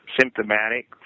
symptomatic